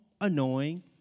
annoying